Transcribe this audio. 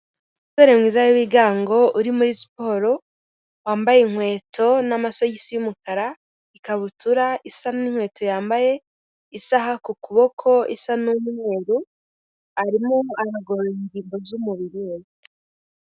Umusore mwiza w'ibigango uri muri siporo, wambaye inkweto n'amasogisi y'umukara ikabutura isa n'inkweto yambaye, isaha ku kuboko isa n'umweru, arimo aragorora ingingo z'umubiri we.